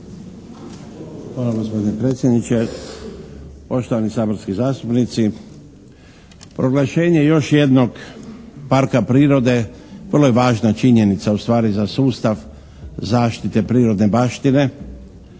Hvala gospodine predsjedniče. Poštovani saborski zastupnici, proglašenje još jednog parka prirode vrlo je važna činjenica ustvari za sustav zaštite prirodne baštine